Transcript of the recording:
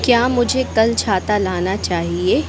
क्या मुझे कल छाता लाना चाहिए